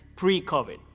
Pre-COVID